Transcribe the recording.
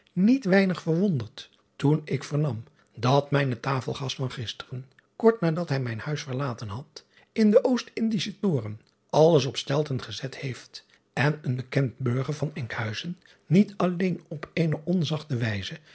niet weinig verwonderd toen ik vernam dat mijne tafelgast van gisteren kort nadat hij mijn huis verlaten had in den ost ndischen oren alles op stelten gezet heeft en een bekend burger van nkhuizen niet alleen op eene onzachte wijze